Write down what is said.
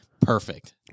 Perfect